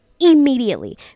immediately